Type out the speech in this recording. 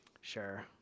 Sure